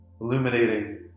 illuminating